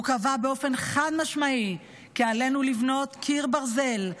הוא קבע באופן חד-משמעי כי עלינו לבנות קיר ברזל,